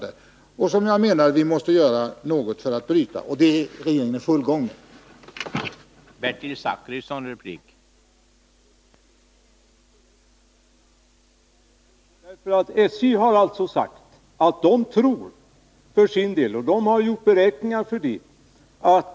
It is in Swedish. Det är en utveckling som jag menar att vi måste göra något för att bryta, och det är regeringen i full gång med.